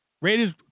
Raiders